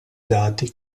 dati